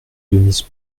denis